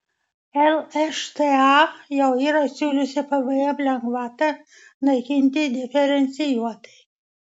lšta jau yra siūliusi pvm lengvatą naikinti diferencijuotai